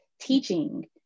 teaching